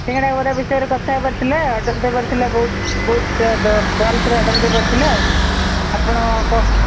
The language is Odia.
ସିଙ୍ଗଡ଼ା ବରା ବିଷୟରେ କଥା ହେବାର ଥିଲା ଅର୍ଡର୍ ଦେବାର ଥିଲା ବହୁତ ବହୁତ ବଲ୍କରେ ଅର୍ଡର୍ ଦେବାର ଥିଲା ଆପଣ କ'ଣ